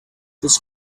this